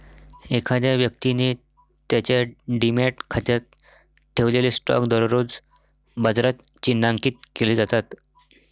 एखाद्या व्यक्तीने त्याच्या डिमॅट खात्यात ठेवलेले स्टॉक दररोज बाजारात चिन्हांकित केले जातात